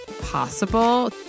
possible